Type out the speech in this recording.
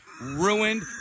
ruined